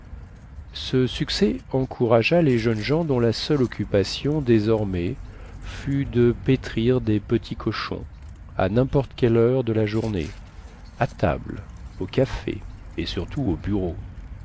ce succès encouragea les jeunes gens dont la seule occupation désormais fut de pétrir des petits cochons à nimporte quelle heure de la journée à table au café et surtout au bureau